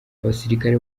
abasirikari